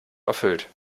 erfüllt